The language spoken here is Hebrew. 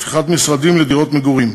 להפיכת משרדים לדירות מגורים,